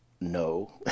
No